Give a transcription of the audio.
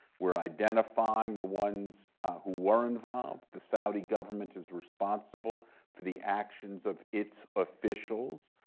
we're identifying the ones who were involved. the saudi government is responsible for the actions of its officials.